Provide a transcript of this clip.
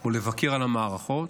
או לבקר על המערכות,